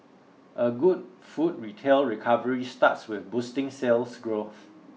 a good food retail recovery starts with boosting sales growth